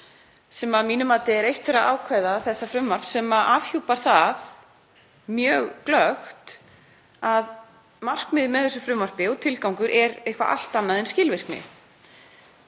er að mínu mati eitt þeirra ákvæða þessa frumvarps sem afhjúpar það mjög glöggt að markmiðið með þessu frumvarpi og tilgangur er eitthvað allt annað en skilvirkni.